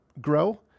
grow